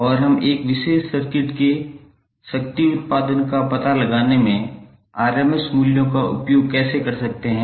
और हम एक विशेष सर्किट के शक्ति उत्पादन का पता लगाने में RMS मूल्यों का उपयोग कैसे कर सकते हैं